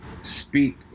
speak